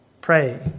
pray